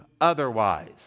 otherwise